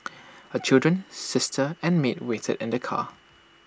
her children sister and maid waited in the car